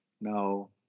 No